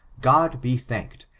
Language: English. god be thanked,